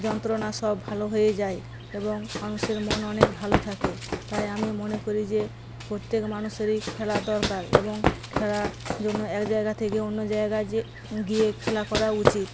যন্ত্রণা সব ভালো হয়ে যায় এবং মানুষের মন অনেক ভালো থাকে তাই আমি মনে করি যে প্রতেক মানুষেরই খেলা দরকার এবং খেলার জন্য এক জায়গা থেকে অন্য জায়গা যেয়ে গিয়ে খেলা করা উচিত